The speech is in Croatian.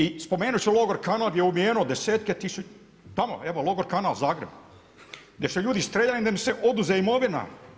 I spomenuti ću u logoru Kanal je ubijeno desetke tisuća, …… [[Upadica se ne čuje.]] tamo evo logor Kanal Zagreb, gdje su ljudi streljani da im se oduzme imovina.